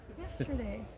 Yesterday